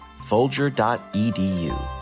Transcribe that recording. folger.edu